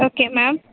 okay ma'am